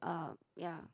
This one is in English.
um yeah